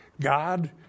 God